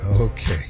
Okay